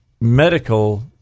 medical